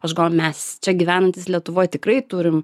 aš mes čia gyvenantys lietuvoj tikrai turim